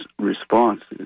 responses